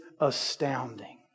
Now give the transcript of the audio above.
astounding